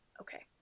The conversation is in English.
Okay